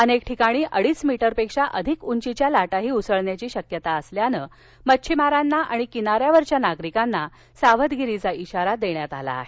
अनेक ठिकाणी अडीच मीटरपेक्षा अधिक उंचीच्या लाटाही उसळण्याची शक्यता असल्यानं मच्छीमारांना आणि किनाऱ्यावरच्या नागरिकांना सावधगिरीचा इशारा देण्यात आला आहे